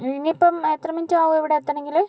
ഇനിയിപ്പം എത്ര മിനിറ്റ് ആവും ഇവിടെ എത്തണമെങ്കിൽ